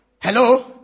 Hello